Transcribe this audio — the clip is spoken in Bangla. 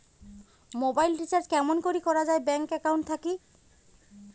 মোবাইল রিচার্জ কেমন করি করা যায় ব্যাংক একাউন্ট থাকি?